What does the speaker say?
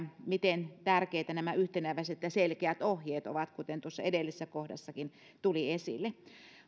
miten tärkeitä nämä yhteneväiset ja selkeät ohjeet ovat kuten tuossa edellisessä kohdassakin tuli esille